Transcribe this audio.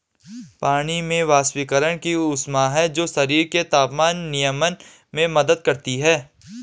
पानी में वाष्पीकरण की ऊष्मा है जो शरीर के तापमान नियमन में मदद करती है